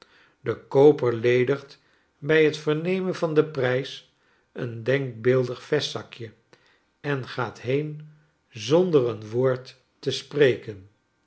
dekooperledigt bij het vernemen van den prijs een denkbeeldig vestzakje en gaat heen zonder een woordte spreken